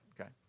okay